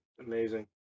amazing